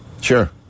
Sure